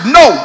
no